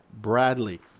Bradley